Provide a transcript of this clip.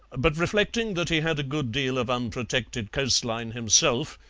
but reflecting that he had a good deal of unprotected coast-line himself,